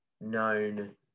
known